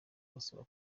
basaba